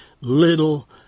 little